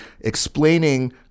explaining